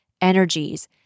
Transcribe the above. energies